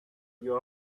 you